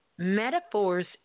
metaphors